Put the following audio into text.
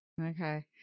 Okay